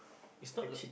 is not like